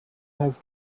has